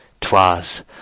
Twas